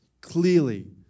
clearly